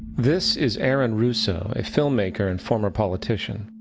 this is aaron russo, a filmmaker and former politician.